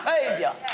Savior